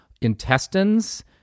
intestines